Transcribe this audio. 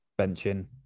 benching